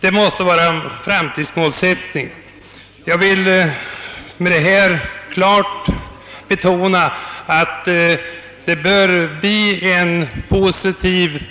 Det måste vara framtidsmålet. Jag vill med detta betona att det bör bli en positiv